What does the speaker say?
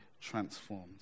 transformed